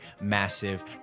massive